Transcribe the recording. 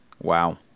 Wow